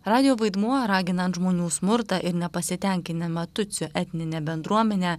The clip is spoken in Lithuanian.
radijo vaidmuo raginant žmonių smurtą ir nepasitenkinimą tutsių etnine bendruomene